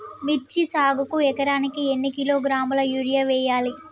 మిర్చి సాగుకు ఎకరానికి ఎన్ని కిలోగ్రాముల యూరియా వేయాలి?